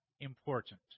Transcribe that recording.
important